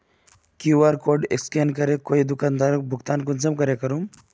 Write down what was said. QR code scan करे कोई दुकानदारोक भुगतान कुंसम करे करूम?